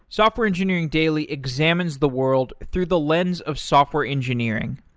software engineering daily examines the world through the lens of software engineering.